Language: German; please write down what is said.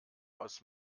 aus